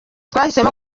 twahisemo